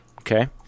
okay